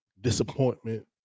disappointment